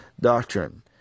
doctrine